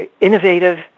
innovative